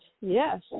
yes